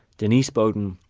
denise beaudin,